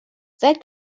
that